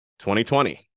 2020